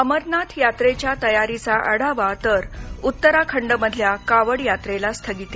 अमरनाथ यात्रेच्या तयारीचा आढावा तर उत्तराखंडमधल्या कावड यात्रेला स्थगिती